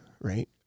Right